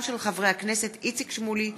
2016, מאת חברי הכנסת שולי מועלם-רפאלי,